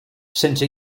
since